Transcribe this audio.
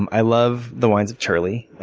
i love the wines of turley.